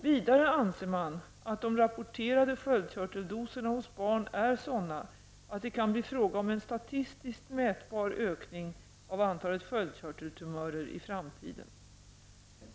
Vidare anser man att de rapporterade sköldkörteldoserna hos barn är sådana att det kan bli fråga om en statistiskt mätbar ökning av antalet sköldkörteltumörer i framtiden.